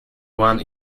one